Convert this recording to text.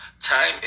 time